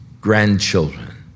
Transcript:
grandchildren